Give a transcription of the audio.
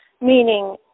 meaning